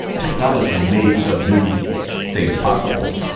technology made some new things possible,